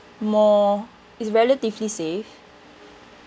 more it's relatively safe